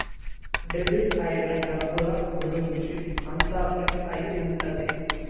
debit అయిన డబ్బుల గురుంచి అంతా ప్రింట్ అయి ఉంటది